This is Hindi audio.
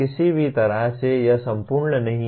किसी भी तरह से यह संपूर्ण नहीं है